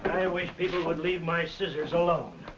i wish people would leave my scissors alone.